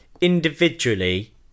individually